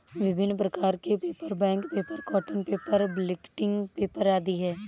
विभिन्न प्रकार के paper, bank paper, cotton paper, blotting paper आदि हैं